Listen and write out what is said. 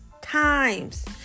times